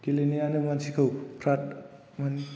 गेलेनायानो मानसिखौ फ्राद मोनहोयो